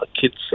kids